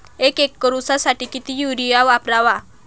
एक एकर ऊसासाठी किती युरिया वापरावा?